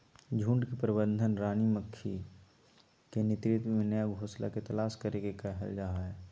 झुंड के प्रबंधन रानी मक्खी के नेतृत्व में नया घोंसला के तलाश करे के कहल जा हई